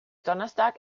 donnerstag